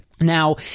now